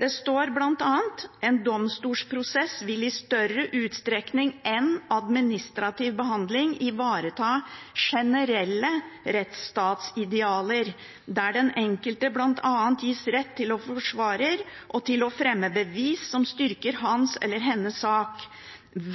Det står bl.a: «En domstolsprosess vil i større utstrekning enn administrativ behandling ivareta generelle rettsstatsidealer, der den enkelte blant annet gis rett til forsvarer og til å fremme bevis som styrker hans eller hennes sak.